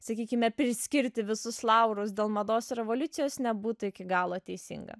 sakykime priskirti visus laurus dėl mados revoliucijos nebūtų iki galo teisinga